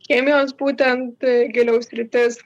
chemijos būtent giliau sritis